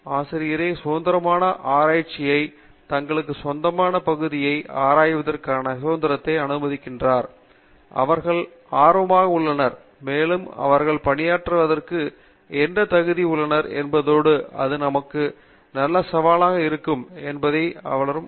எனவே ஆசிரியரே சுதந்திரமான ஆராய்ச்சியைத் தங்களுக்கு சொந்தமான பகுதியை ஆராய்வதற்கான சுதந்திரத்தை அனுமதிக்கின்றார் அவர்கள் ஆர்வமாக உள்ளனர் மேலும் அவர்கள் பணியாற்றுவதற்கு என்ன தகுதி உள்ளனர் என்பதோடு இது நமக்கு நல்ல சவாலாக இருக்கிறது ஏனென்றால் இது நாம் அறிஞர்கள் வளரும் இடம்